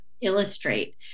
illustrate